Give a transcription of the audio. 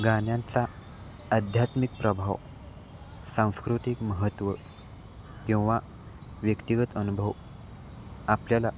गाण्यांचा आध्यात्मिक प्रभाव सांस्कृतिक महत्त्व किंवा व्यक्तिगत अनुभव आपल्याला